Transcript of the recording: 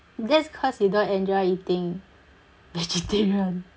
that's cause you don't enjoy eating vegetarian